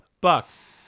bucks